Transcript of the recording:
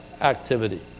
activity